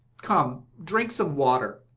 come, drink some water.